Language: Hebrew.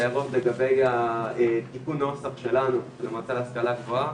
ההערות לגבי תיקון הנוסח שלנו למועצה להשכלה גבוהה